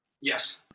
Yes